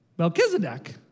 Melchizedek